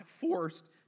forced